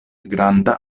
granda